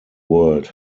world